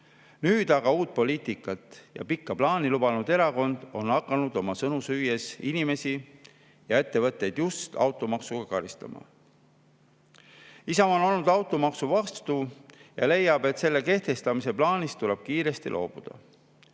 Nüüd aga on uut poliitikat ja pikka plaani lubanud erakond hakanud oma sõnu süües inimesi ja ettevõtteid just automaksuga karistama. Isamaa on olnud automaksu vastu ja leiab, et selle kehtestamise plaanist tuleb kiiresti loobuda.